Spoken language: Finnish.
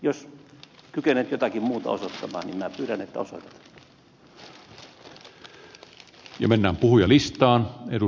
jos kykenette jotakin muuta osoittamaan niin minä pyydän että osoitatte